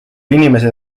inimesed